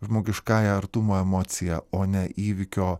žmogiškąja artumo emocija o ne įvykio